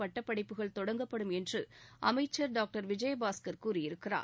பட்டப்படிப்புகள் தொடங்கப்படும் என்று அமைச்சர் டாக்டர் சி விஜயபாஸ்கர் கூறியிருக்கிறார்